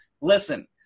listen